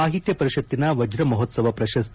ಸಾಹಿತ್ಯ ಪರಿಷತ್ತಿನ ವಜ್ಯಮಹೋತ್ಸವ ಪ್ರಶಸ್ತಿ